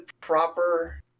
proper